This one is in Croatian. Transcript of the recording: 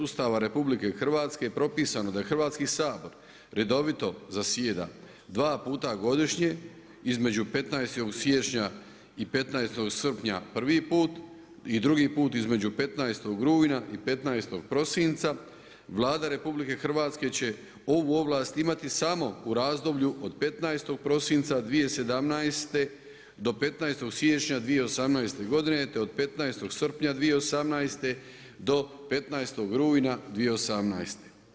Ustava Republike Hrvatske propisano da je Hrvatski sabor redovito zasjeda dva puta godišnje između 15. siječnja i 15. srpnja prvi put i drugi put između 15. rujna i 15. prosinca Vlada RH će ovu ovlast imati samo u razdoblju od 15. prosinca 2017. do 15. siječnja 2018. godine, te od 15. srpnja 2018. do 15. rujna 2018.